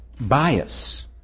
bias